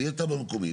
זה יהיה תב"ע מקומית.